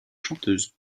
chanteuse